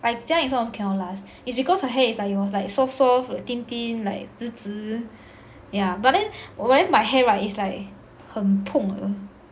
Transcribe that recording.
like jiayin's one also cannot last it's because her head is like your [one] it's like so soft soft like thin thin like 直直 yeah but then whereas my hair right it's like 很蓬的